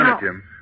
Jim